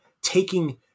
taking